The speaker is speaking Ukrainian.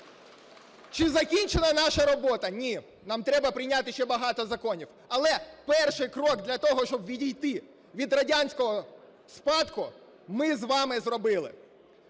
Чи закінчена наша робота? Ні, нам треба прийняти ще багато законів. Але перший крок для того, щоб відійти від радянського спадку, ми з вами зробили.